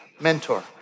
mentor